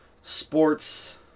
sports